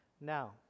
Now